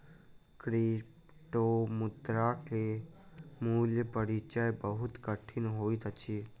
क्रिप्टोमुद्रा के मूल परिचय बहुत कठिन होइत अछि